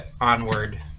onward